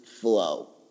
flow